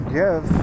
give